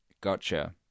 Gotcha